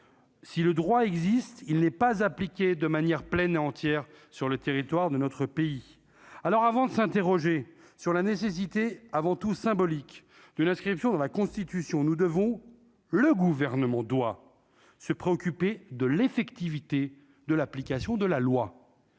si le droit existe, il n'est pas appliquée de manière pleine et entière sur le territoire de notre pays, alors avant de s'interroger sur la nécessité avant tout symbolique de l'inscription dans la constitution, nous devons le gouvernement doit se préoccuper de l'effectivité de l'application de la loi,